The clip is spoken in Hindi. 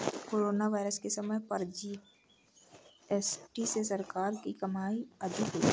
कोरोना वायरस के समय पर जी.एस.टी से सरकार की कमाई अधिक हुई